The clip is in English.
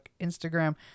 Instagram